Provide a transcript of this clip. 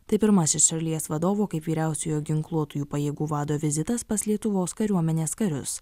tai pirmasis šalies vadovo kaip vyriausiojo ginkluotųjų pajėgų vado vizitas pas lietuvos kariuomenės karius